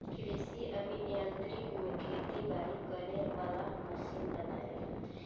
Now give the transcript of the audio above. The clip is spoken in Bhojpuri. कृषि अभि यांत्रिकी में खेती बारी करे वाला मशीन बनेला